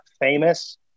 famous